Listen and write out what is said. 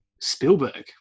Spielberg